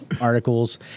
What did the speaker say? articles